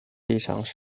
立场